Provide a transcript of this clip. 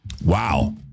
Wow